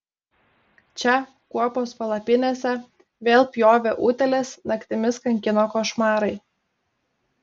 čia kuopos palapinėse vėl pjovė utėlės naktimis kankino košmarai